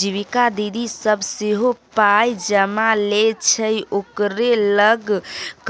जीविका दीदी सभ सेहो पाय जमा लै छै ओकरे लग